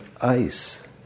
ice